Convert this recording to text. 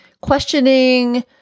questioning